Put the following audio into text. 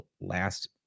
last